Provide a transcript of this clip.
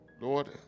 Lord